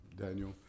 Daniel